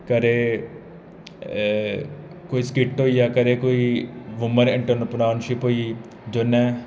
कदें कोई स्किट होई आ कदें कोई वूमैन शिप होई गेई